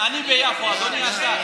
48' אני ביפו, אדוני השר.